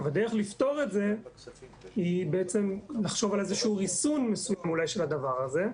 הדרך לפתור את זה היא לחשוב על איזה שהוא ריסון מסוים של הדבר הזה,